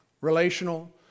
Relational